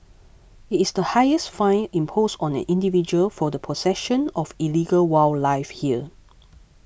it is the highest fine imposed on an individual for the possession of illegal wildlife here